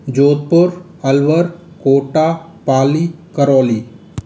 Jodhpur Alwar Kota Pali Karauli